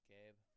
Gabe